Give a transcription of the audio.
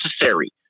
necessary